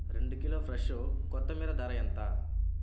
రెండు kilo fresh కొత్తిమీర ధర ఎంత